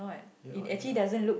here or here